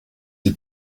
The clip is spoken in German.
die